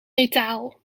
metaal